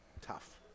Tough